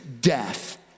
death